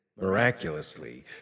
Miraculously